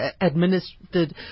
administered